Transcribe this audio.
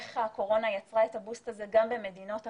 איך הקורונה יצרה את הבוסט הזה גם במדינות אחרות.